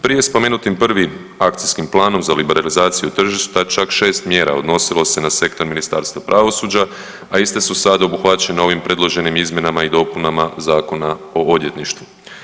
Prije spomenutim prvim akcijskim planom za liberalizaciju tržišta čak 6 mjera odnosilo se na sektor Ministarstva pravosuđa, a iste su sada obuhvaćene ovim predloženim izmjenama i dopunama Zakona o odvjetništvu.